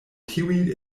tiuj